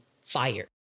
fired